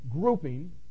grouping